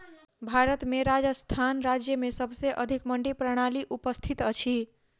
भारत में राजस्थान राज्य में सबसे अधिक मंडी प्रणाली उपस्थित अछि